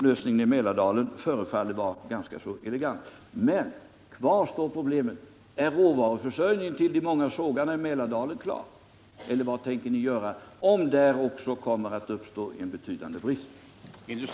Lösningen i Mälardalen förefaller vara ganska så elegant. Men, kvar står problemet: Är råvaruförsörjningen till de många sågarna i Mälardalen klar? Eller vad tänker ni göra om det där också kommer att uppstå en betydande brist?